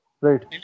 Right